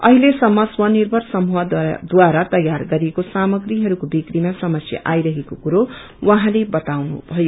अहिलेसम्म स्वर्निभर समूहद्वारा तयार गरिएको सामग्रीहरूको बिक्रीमा समस्या आईरहेको कुरा उहाँले बताउनुभयो